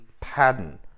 pattern